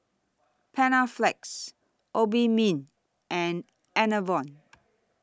Panaflex Obimin and Enervon